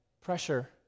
pressure